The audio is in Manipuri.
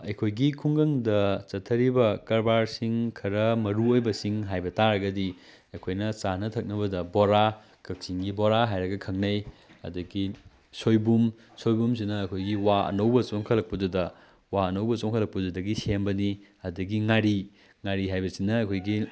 ꯑꯩꯈꯣꯏꯒꯤ ꯈꯨꯡꯒꯪꯗ ꯆꯠꯊꯔꯤꯕ ꯀꯔꯕꯥꯔꯁꯤꯡ ꯈꯔ ꯃꯔꯨ ꯑꯣꯏꯕꯁꯤꯡ ꯍꯥꯏꯕꯇꯥꯔꯒꯗꯤ ꯑꯩꯈꯣꯏꯅ ꯆꯥꯅ ꯊꯛꯅꯕꯗ ꯕꯣꯔꯥ ꯀꯛꯆꯤꯡꯒꯤ ꯕꯣꯔꯥ ꯍꯥꯏꯔꯒ ꯈꯪꯅꯩ ꯑꯗꯒꯤ ꯁꯣꯏꯕꯨꯝ ꯁꯣꯏꯕꯨꯝꯁꯤꯅ ꯑꯩꯈꯣꯏꯒꯤ ꯋꯥ ꯑꯅꯧꯕ ꯆꯣꯡꯈꯠꯂꯛꯄꯗꯨꯗ ꯋꯥ ꯑꯅꯧꯕ ꯆꯣꯡꯈꯠꯂꯛꯄꯗꯨꯗꯒꯤ ꯁꯦꯝꯕꯅꯤ ꯑꯗꯒꯤ ꯉꯥꯔꯤ ꯉꯥꯔꯤ ꯍꯥꯏꯕꯁꯤꯅ ꯑꯩꯈꯣꯏꯒꯤ